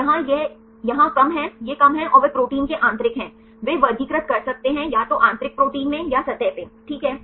तो यहाँ यह यहाँ कम है यह कम है और वे प्रोटीन के आंतरिक हैं वे वर्गीकृत कर सकते हैं या तो आंतरिक प्रोटीन में या सतह पे ठीक है